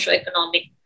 economic